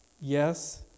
Yes